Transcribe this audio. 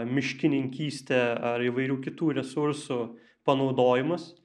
miškininkystė ar įvairių kitų resursų panaudojimas